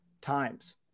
times